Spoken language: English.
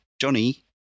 Johnny